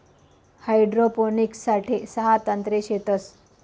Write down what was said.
hydroponics साठे सहा तंत्रे शेतस